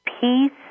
peace